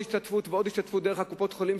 השתתפות ועוד השתתפות דרך קופות-החולים.